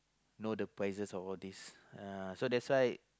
know the prices of all these ya so that's why